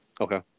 Okay